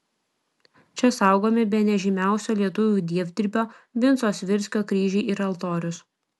čia saugomi bene žymiausio lietuvių dievdirbio vinco svirskio kryžiai ir altorius